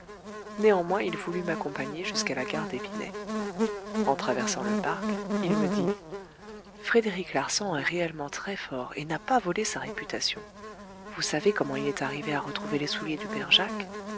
néanmoins il voulut m'accompagner jusqu'à la gare d'épinay en traversant le parc il me dit frédéric larsan est réellement très fort et n'a pas volé sa réputation vous savez comment il est arrivé à retrouver les souliers du père jacques